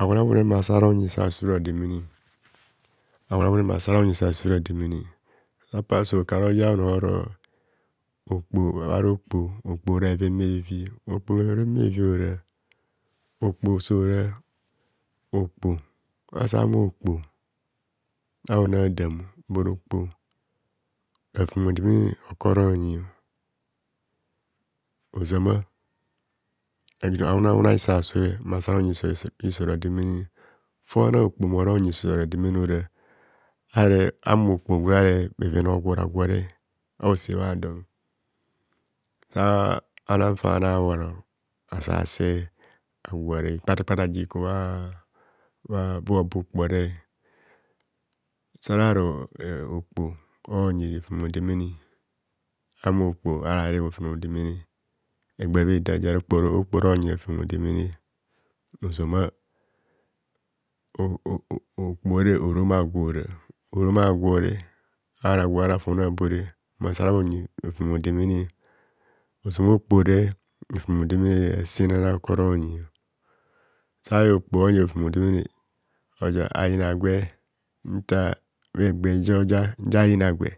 awoone awone ma sa rayi iso asu rademene awoone awoone masa ra nyi iso asu ra demene opo so kara onor oro okpoho gwabhora okpoho ora bheven bhevi okpoho bheven breviora оkро sora оkро asa humо оkро anna adam bur okpo ro fem odemene okoronyi osama awo- ne awoone hiso asu mara a’onyi iso rademene fona okpo mmoronyi iso rademene ora are a humor okpo gwere areb bheven a'ogwo ragwore a'ose bha don sa nan fa na abhoro aru asa se awone ikpatakpata ji ku bhaa obukpor sara ro e okpo onyi rofem o demene ahumo okpoho areb rofem odemene egba ' bhe da ja okpoho oronyi rofem hodemene oh oh oh okpoho re orom agwo ora orom agwore ara agwi ara fon abore masa ara bhonyi rofem odemene ozama okpohore rofem odemene asenana okoro nyi sayen okpoho onyi rofem hodemene ga ayina gwe nta bhegba jo ja aja yina gwe